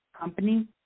company